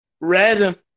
Red